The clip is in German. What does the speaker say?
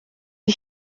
ich